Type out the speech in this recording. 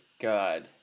God